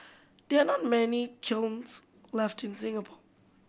there not many kilns left in Singapore